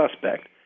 suspect